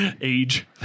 Age